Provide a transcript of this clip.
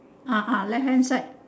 ah ah left hand side